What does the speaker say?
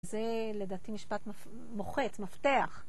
זה לדעתי משפט מוחץ, מפתח.